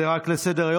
זה רק לסדר-היום,